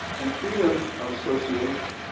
and freedom of association.